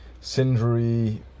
Sindri